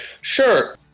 sure